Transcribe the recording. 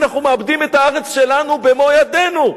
אנחנו מאבדים את הארץ שלנו במו-ידינו.